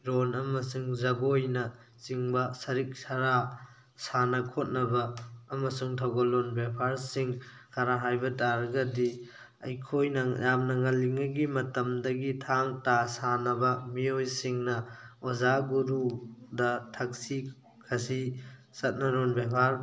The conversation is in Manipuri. ꯔꯣꯜ ꯑꯃꯁꯨꯡ ꯖꯒꯣꯏꯅꯆꯤꯡꯕ ꯁꯔꯤꯛ ꯁꯔꯥꯛ ꯁꯥꯟꯅ ꯈꯣꯠꯅꯕ ꯑꯃꯁꯨꯡ ꯊꯧꯒꯂꯣꯟ ꯕꯦꯕꯥꯔꯁꯤꯡ ꯈꯔ ꯍꯥꯏꯕ ꯇꯥꯔꯒꯗꯤ ꯑꯩꯈꯣꯏꯅ ꯌꯥꯝꯅ ꯉꯜꯂꯤꯉꯩꯒꯤ ꯃꯇꯝꯗꯒꯤ ꯊꯥꯡ ꯇꯥ ꯁꯥꯟꯅꯕ ꯃꯤꯑꯣꯏꯁꯤꯡꯅ ꯑꯣꯖꯥ ꯒꯨꯔꯨꯗ ꯊꯛꯁꯤ ꯈꯥꯁꯤ ꯆꯠꯅꯔꯣꯟ ꯕꯦꯕꯥꯔ